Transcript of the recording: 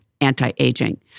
anti-aging